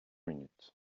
minutes